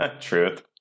Truth